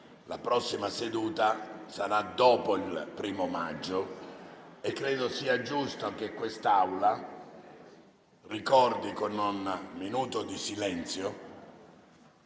La prossima seduta sarà dopo il 1° maggio e penso sia giusto che quest'Assemblea ricordi con un minuto di silenzio